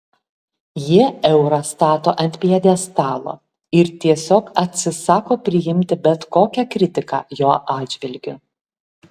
jie eurą stato ant pjedestalo ir tiesiog atsisako priimti bet kokią kritiką jo atžvilgiu